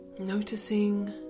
noticing